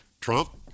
Trump